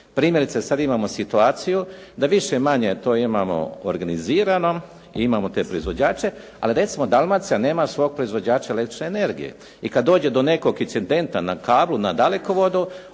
Primjerice, sad imamo situaciju da više-manje to imamo organizirano i imamo te proizvođače, ali recimo Dalmacija nema svog proizvođača električne energije. I kad dođe do nekog incidenta na kablu, na dalekovodu,